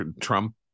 trump